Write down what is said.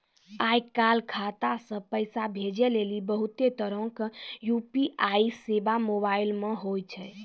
आय काल खाता से पैसा भेजै लेली बहुते तरहो के यू.पी.आई सेबा मोबाइल मे होय छै